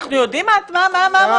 אנחנו יודעים מה המועדים.